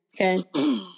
okay